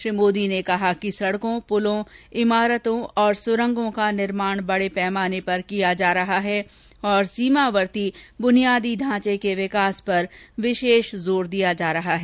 श्री मोदी ने कहा कि सडकों प्रलों इमारतों सुरंगों आदि का निर्माण बडे पैमाने पर किया जा रहा है और सीमावर्ती बुनियादी ढांचे के विकास पर विशेष जोर दिया जा रहा है